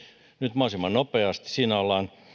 mahdollisimman nopeasti siinä ollaan